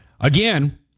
Again